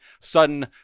sudden